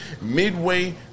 Midway